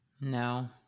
No